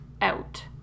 out